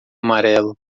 amarelo